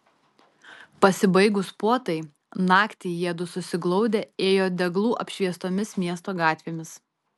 pasibaigus puotai naktį jiedu susiglaudę ėjo deglų apšviestomis miesto gatvėmis